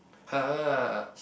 !huh!